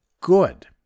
good